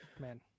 man